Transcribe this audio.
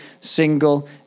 single